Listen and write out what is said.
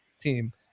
team